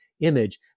image